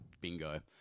bingo